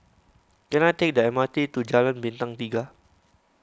can I take the M R T to Jalan Bintang Tiga